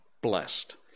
blessed